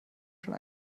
schon